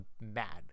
mad